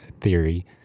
theory